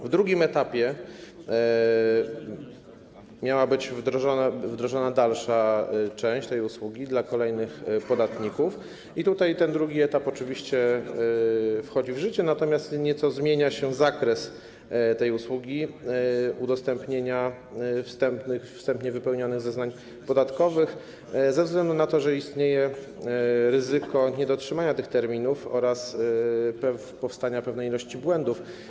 Na drugim etapie miała być wdrożona dalsza część tej usługi, dla kolejnych podatników, i ten drugi etap oczywiście wchodzi w życie, natomiast nieco zmienia się zakres tej usługi udostępniania wstępnie wypełnionych zeznań podatkowych ze względu na to, że istnieje ryzyko niedotrzymania tych terminów oraz powstania pewnej ilości błędów.